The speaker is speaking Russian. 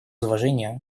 уважения